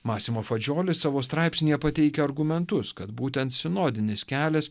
masimo fadžioli savo straipsnyje pateikia argumentus kad būtent sinodinis kelias